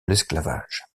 l’esclavage